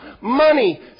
Money